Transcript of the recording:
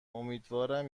امیدوارم